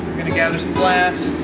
gonna gather some glass,